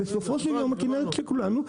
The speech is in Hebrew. בסופו של יום, הכנרת היא של כולנו.